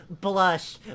blush